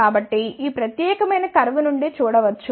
కాబట్టి ఈ ప్రత్యేకమైన కర్వ్ నుండి చూడ వచ్చు